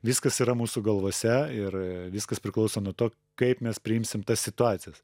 viskas yra mūsų galvose ir viskas priklauso nuo to kaip mes priimsim tas situacijas